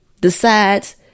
decides